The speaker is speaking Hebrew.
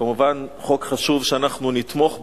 כמובן, חוק חשוב שאנחנו נתמוך בו.